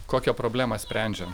kokią problemą sprendžiam